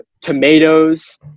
tomatoes